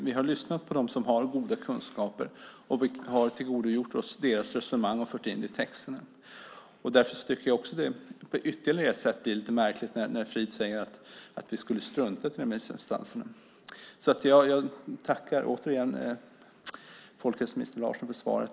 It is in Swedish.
Vi har lyssnat på dem som har goda kunskaper, tillgodogjort oss deras resonemang och fört in dem i texterna. Därför blir det märkligt när Frid säger att vi skulle ha struntat i remissinstanserna. Jag tackar återigen folkhälsominister Larsson för svaret.